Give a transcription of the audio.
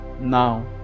now